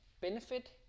benefit